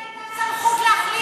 למי הייתה סמכות להחליט את זה?